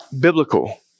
biblical